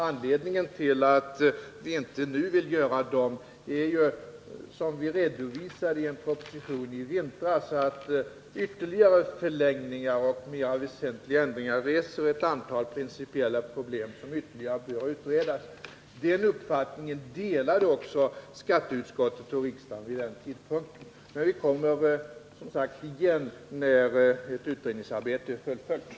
Anledningen till att vi inte nu vill göra sådana förändringar är, som vi redovisade i en proposition i vintras, att ytterligare förlängningar och mera väsentliga ändringar reser ett antal principiella problem som ytterligare bör utredas. Den uppfattningen delade också skatteutskottet och riksdagen vid den tidpunkten. Men vi kommer som sagt igen när utredningsarbetet är fullföljt.